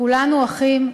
כולנו אחים.